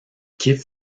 quitte